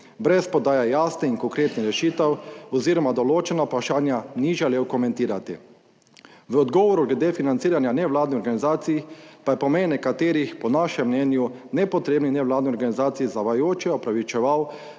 brez podaje jasnih in konkretnih rešitev oz. določena vprašanja ni želel komentirati. V odgovoru glede financiranja nevladnih organizacij pa je po mnenju nekaterih po našem mnenju nepotrebnih nevladnih organizacij zavajajoče opravičeval